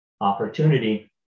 opportunity